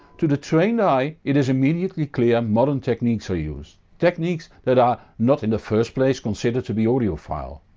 to the trained eye it is immediately clear modern techniques are used, techniques that are not in the first place considered to be audiophile.